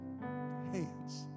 Hands